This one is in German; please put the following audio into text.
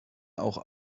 auch